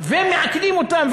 ומעכבים אותם,